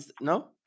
No